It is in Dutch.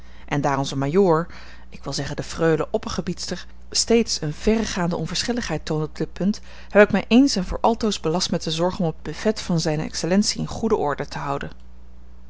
en daar onze majoor ik wil zeggen de freule oppergebiedster steeds eene verregaande onverschilligheid toont op dit punt heb ik mij eens en voor altoos belast met de zorg om het buffet van zijne excellentie in goede orde te houden